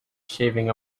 shaving